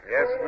Yes